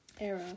era